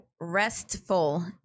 Restful